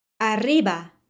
Arriba